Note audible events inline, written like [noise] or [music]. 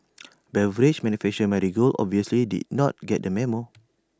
[noise] beverage manufacture Marigold obviously did not get the memo